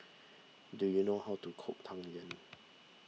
do you know how to cook Tang Yuen